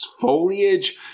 foliage